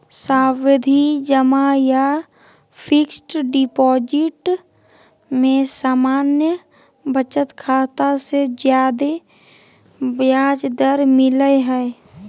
सावधि जमा या फिक्स्ड डिपाजिट में सामान्य बचत खाता से ज्यादे ब्याज दर मिलय हय